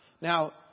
Now